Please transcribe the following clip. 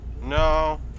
No